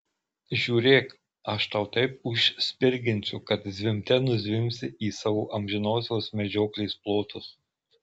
žiūrėk aš tau taip užspirginsiu kad zvimbte nuzvimbsi į savo amžinosios medžioklės plotus